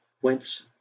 whence